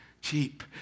cheap